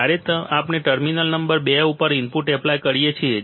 જ્યારે આપણે terminal number બે ઉપર ઇનપુટ એપ્લાય કરીએ છીએ